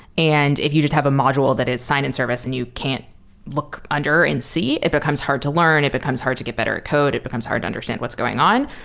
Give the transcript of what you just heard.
and if you did have a module that is sign in service and you can't look under and see, it becomes hard to learn. it becomes hard to get better at code. it becomes hard to understand what's going on.